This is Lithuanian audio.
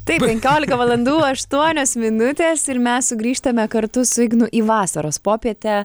taip penkiolika valandų aštuonios minutės ir mes sugrįžtame kartu su ignu į vasaros popietę